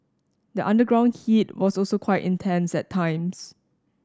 the underground heat was also quite intense at times